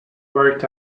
worked